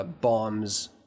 bombs